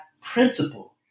principle